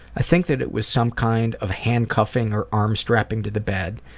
i think that it was some kind of handcuffing or arm-strapping to the bed.